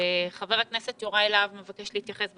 חבר הכנסת יוראי להב מבקש להתייחס.